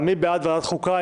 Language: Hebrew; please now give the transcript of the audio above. מי בעד ועדת החוקה?